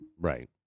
Right